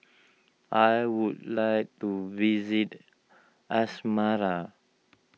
I would like to visit Asmara